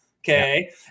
Okay